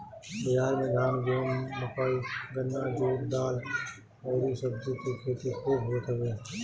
बिहार में धान, गेंहू, मकई, गन्ना, जुट, दाल अउरी सब्जी के खेती खूब होत हवे